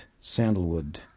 sandalwood